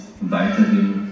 weiterhin